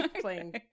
Playing